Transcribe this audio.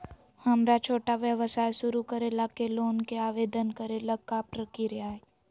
हमरा छोटा व्यवसाय शुरू करे ला के लोन के आवेदन करे ल का प्रक्रिया हई?